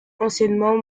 anciennement